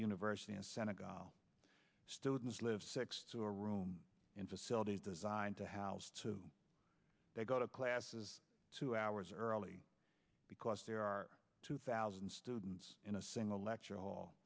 university in senegal students live six to a room in facilities designed to house two they go to classes two hours early because there are two thousand students in a single lecture hall